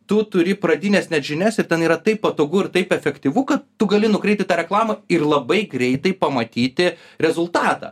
tu turi pradines net žinias ir ten yra taip patogu ir taip efektyvu kad tu gali nukreipti tą reklamą ir labai greitai pamatyti rezultatą